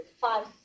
five